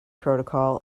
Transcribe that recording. protocol